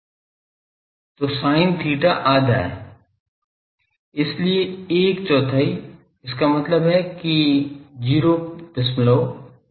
तो sin theta आधा है इसलिए एक चौथाई इसका मतलब है कि 025